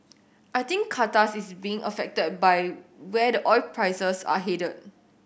I think Qantas is being affected by where the oil prices are headed